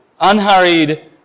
Unhurried